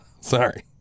Sorry